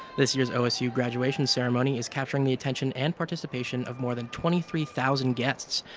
this year's osu graduation ceremony is captureing the attention and participation of more than twenty three thousand guests,